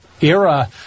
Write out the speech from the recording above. era